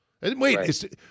Wait